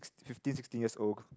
fifteen sixteen years old